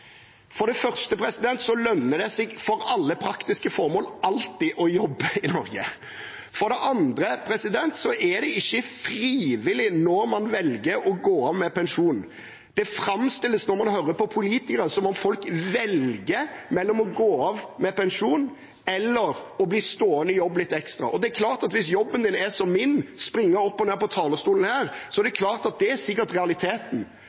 For det første lønner det seg for alle praktiske formål alltid å jobbe i Norge. For det andre er det ikke frivillig når man velger å gå av med pensjon. Når man hører på politikere, framstilles det som om folk velger mellom å gå av med pensjon eller å bli stående i jobb litt ekstra. Det er klart at hvis jobben er som min – å springe opp på og ned fra talerstolen – er det sikkert realiteten.